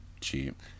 cheap